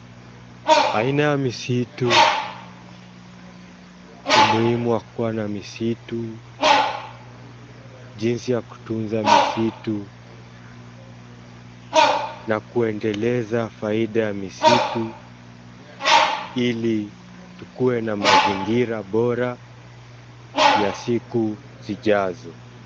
Aina ya misitu, umuhimu wa kuwa na misitu, jinsi ya kutunza misitu, na kuendeleza faida ya misitu ili tukue na mazingira bora ya siku zijazo.